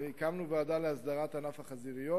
הקמנו ועדה להסדרת ענף החזיריות,